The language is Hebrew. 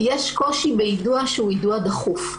יש קושי ביידוע שהוא יידוע דחוף.